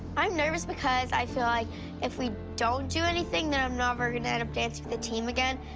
i'm nervous because i feel like if we don't do anything, then i'm never going to end up dancing with the team again.